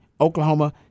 Oklahoma